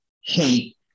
hate